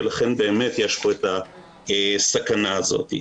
ולכן באמת יש פה את הסכנה הזאת.